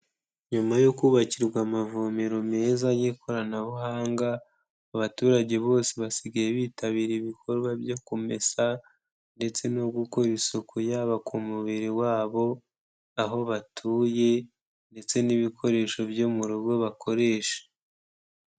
Nyuma yo kubakirwa amavomero meza y'ikoranabuhanga, abaturage bose basigaye bitabira ibikorwa byo kumesa ndetse no gukora isuku, yaba ku mubiri wabo, aho batuye ndetse n'ibikoresho byo mu rugo bakoresha.